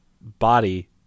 body